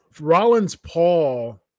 Rollins-Paul